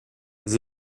does